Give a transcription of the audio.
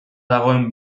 dagoen